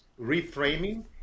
reframing